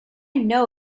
know